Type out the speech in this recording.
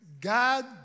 God